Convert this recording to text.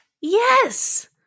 Yes